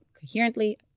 coherently